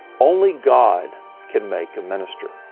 only god can make a minister.